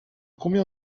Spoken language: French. combien